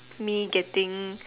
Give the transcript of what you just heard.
me getting